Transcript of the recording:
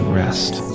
rest